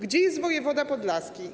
Gdzie jest wojewoda podlaski?